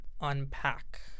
unpack